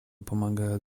помогают